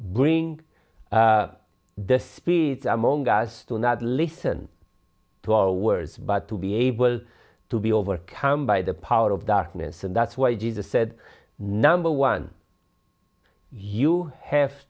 bring the spirit among us to not listen to our words but to be able to be overcome by the power of darkness and that's why jesus said number one you have